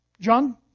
John